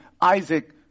Isaac